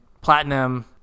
Platinum